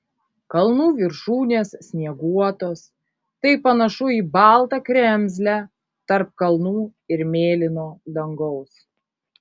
kalnų viršūnės snieguotos tai panašu į baltą kremzlę tarp kalnų ir mėlyno dangaus